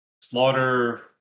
slaughter